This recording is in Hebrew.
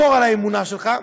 שתכפור באמונה שלך,